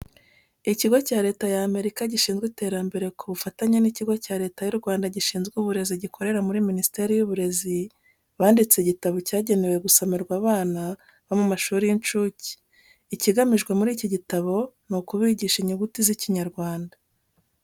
Ikigo cya Leta y'Amerika gishinzwe iterambere ku bufatanye n'ikigo cya leta y'u Rwanda gishinzwe uburezi gikorera muri Minisiteri y'Uburezi banditse igitabo cyagenewe gusomerwa abana bo mu mashuri y'incuke. Ikigamijwe muri iki gitabo ni ukubigisha inyuguti z'Ikinyarwanda.